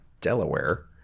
Delaware